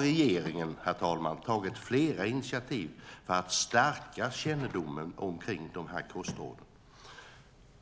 Regeringen har tagit flera initiativ för att stärka kännedomen om kostråden.